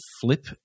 flip